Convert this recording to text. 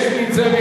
יש לי בכתב,